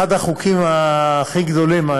אחד החוקים הכי גדולים,